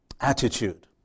Attitude